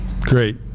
Great